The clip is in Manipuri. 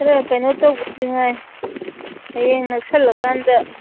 ꯈꯔ ꯀꯩꯅꯣ ꯇꯧꯕꯨꯁꯤꯉꯥꯏ ꯍꯌꯦꯡ ꯅꯛꯁꯜꯂꯀꯥꯟꯗ